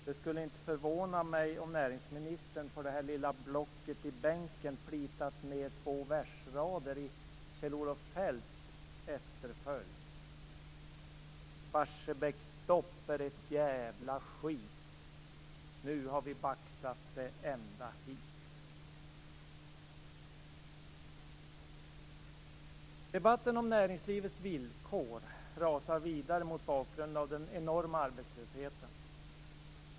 Det skulle inte förvåna mig om näringsministern på det lilla blocket i bänken plitat ned två versrader i Kjell-Olof Feldts anda: Barsebäcksstopp är ett djävla skit. Nu har vi baxat det ända hit. Debatten om näringslivets villkor rasar vidare mot bakgrund av den enorma arbetslösheten.